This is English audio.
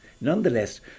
Nonetheless